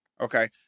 Okay